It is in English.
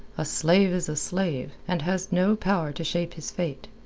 a slave is a slave, and has no power to shape his fate.